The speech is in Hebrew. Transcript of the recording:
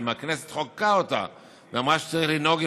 אם הכנסת חוקקה אותה ואמרה שצריך לנהוג עם